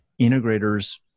integrators